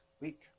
week